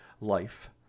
life